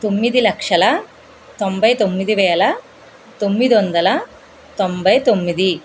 తొమ్మిది లక్షల తొంభై తొమ్మిదివేల తొమ్మిది వందల తొంభై తొమ్మిది